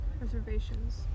reservations